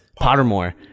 Pottermore